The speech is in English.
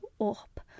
up